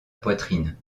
poitrine